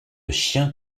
chien